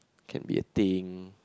can be a thing